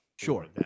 Sure